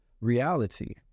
reality